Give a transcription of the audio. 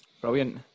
brilliant